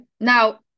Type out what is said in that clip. now